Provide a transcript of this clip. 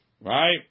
Right